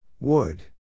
Wood